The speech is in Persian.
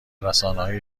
رسانههای